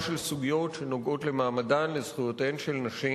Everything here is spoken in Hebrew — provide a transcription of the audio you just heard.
של סוגיות שנוגעות למעמדן ולזכויותיהן של נשים.